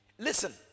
Listen